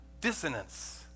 dissonance